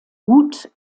gut